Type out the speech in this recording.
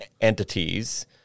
entities